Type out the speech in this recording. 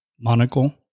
monocle